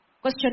Question